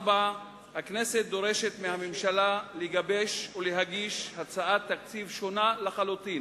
4. הכנסת דורשת מהממשלה לגבש ולהגיש הצעת תקציב שונה לחלוטין,